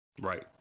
Right